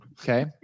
okay